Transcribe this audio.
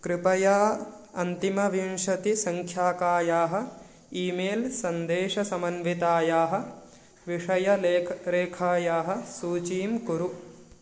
कृपया अन्तिमविंशतिसङ्ख्याकायाः ईमेल् सन्देशसमन्वितायाः विषयलेखरेखायाः सूचीं कुरु